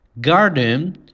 Garden